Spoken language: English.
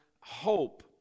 hope